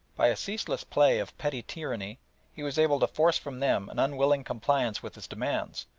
by a ceaseless play of petty tyranny he was able to force from them an unwilling compliance with his demands,